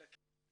חלקים.